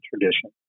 tradition